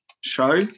show